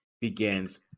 begins